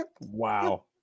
wow